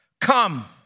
Come